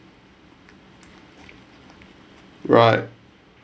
right